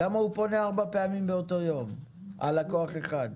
למה הוא פונה ארבע פעמים באותו יום, על לקוח אחד?